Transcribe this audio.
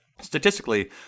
statistically